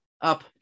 up